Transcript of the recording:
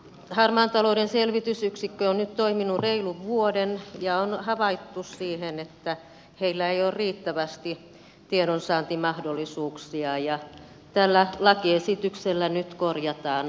harmaan talouden selvitysyksikkö on toiminut reilun vuoden ja on havaittu että heillä ei ole riittävästi tiedonsaantimahdollisuuksia ja tällä lakiesityksellä nyt korjataan tämä puute